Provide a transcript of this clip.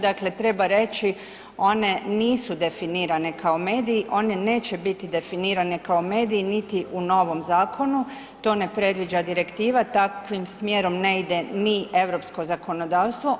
Dakle treba reći one nisu definirane kao mediji, one neće biti definirane kao mediji niti u novom zakonu, to ne predviđa direktiva, takvim smjerom ne ide ni europsko zakonodavstvo.